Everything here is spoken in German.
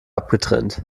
abgetrennt